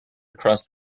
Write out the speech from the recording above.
across